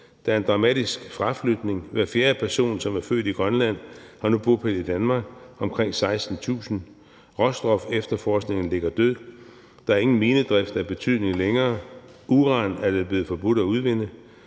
Der er en dramatisk fraflytning, så hver fjerde person, som er født i Grønland, nu har bopæl i Danmark – omkring 16.000. Råstofefterforskningen ligger død. Der er ikke længere nogen minedrift af betydning, og uran er det blevet forbudt at udvinde.